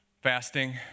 fasting